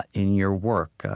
in your work,